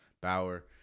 Bauer